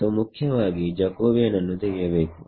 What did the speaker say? so ಮುಖ್ಯವಾಗಿ Jacobian ಅನ್ನು ತೆಗೆಯಬೇಕು